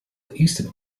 southeastern